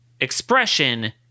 expression